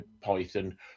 python